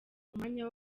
umwanya